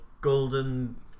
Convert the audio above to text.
Golden